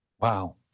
Wow